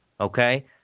Okay